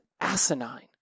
asinine